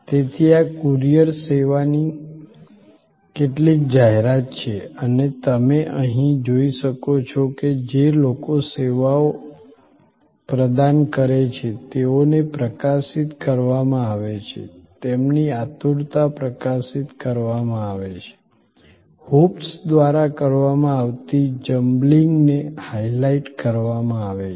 તેથી આ કુરિયર સેવાની કેટલીક જાહેરાત છે અને તમે અહીં જોઈ શકો છો કે જે લોકો સેવાઓ પ્રદાન કરે છે તેઓને પ્રકાશિત કરવામાં આવે છે તેમની આતુરતા પ્રકાશિત કરવામાં આવે છે હૂપ્સ દ્વારા કરવામાં આવતી જમ્બલિંગને હાઇલાઇટ કરવામાં આવે છે